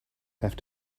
have